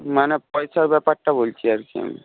মানে পয়সার ব্যাপারটা বলছি আর কি আমি